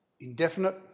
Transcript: indefinite